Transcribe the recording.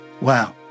Wow